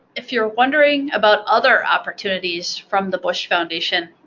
if you're wondering about other opportunities from the bush foundation,